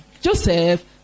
Joseph